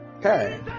hey